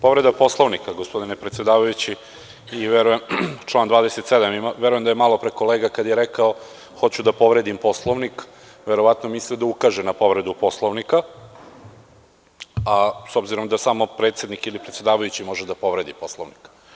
Povreda Poslovnika, gospodine predsedavajući, član 27. i verujem da je malopre kolega kada je rekao – hoću da povredim Poslovnik, verovatno je mislio da ukaže na povredu Poslovnika, a s obzirom da samo predsednik ili predsedavajući može da povredi Poslovnik.